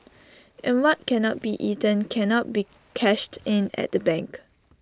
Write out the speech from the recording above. and what cannot be eaten cannot be cashed in at the bank